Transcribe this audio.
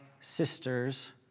sister's